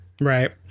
Right